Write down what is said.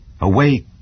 Awake